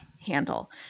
handle